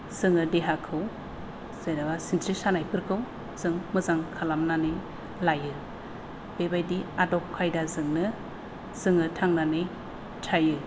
जोङो देहाखौ जेन'बा सिनस्रि सानायफोरखौ जों मोजां खालामनानै लायो बेबायदि आदब खायदाजोंनो जोङो थांनानै थायो